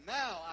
now